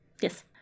Yes